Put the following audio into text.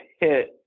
hit